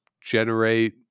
generate